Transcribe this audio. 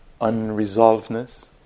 unresolvedness